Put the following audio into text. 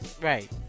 Right